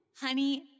Honey